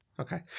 Okay